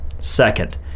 Second